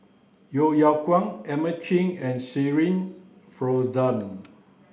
Yeo Yeow Kwang Edmund Cheng and Shirin Fozdar